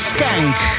Skank